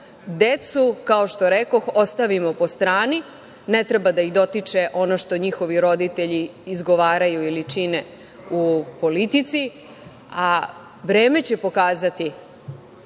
Decu, kao što rekoh, ostavimo po strani, ne treba da ih dotiče ono što njihovi roditelji izgovaraju ili čine u politici, a vreme će pokazati